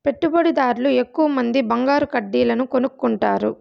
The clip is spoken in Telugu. పెట్టుబడిదార్లు ఎక్కువమంది బంగారు కడ్డీలను కొనుక్కుంటారు